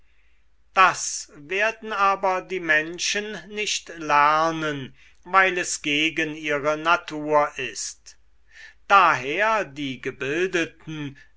das werden aber die menschen nicht lernen weil es gegen ihre natur ist daher die gebildeten